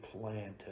planted